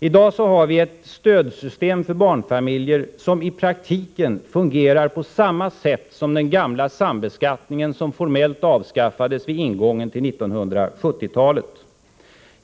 I dag har vi ett stödsystem för barnfamiljer som i praktiken fungerar på samma sätt som den gamla sambeskattningen, vilken formellt avskaffades vid ingången till 1970-talet.